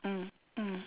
mm mm